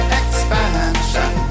expansion